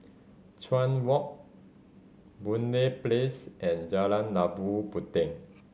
Chuan Walk Boon Lay Place and Jalan Labu Puteh